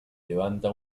levanta